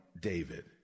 David